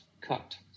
cut